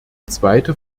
zweite